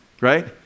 right